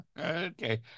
Okay